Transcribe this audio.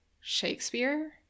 Shakespeare